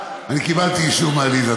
אני קיבלתי אישור מעליזה.